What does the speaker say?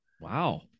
Wow